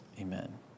amen